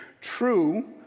true